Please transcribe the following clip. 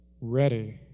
ready